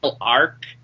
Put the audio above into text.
arc